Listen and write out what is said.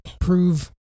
prove